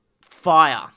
fire